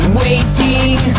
waiting